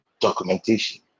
documentation